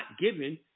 given